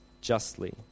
justly